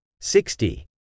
sixty